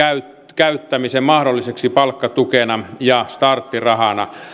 käyttämisen palkkatukena ja starttirahana